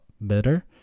better